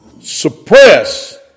Suppress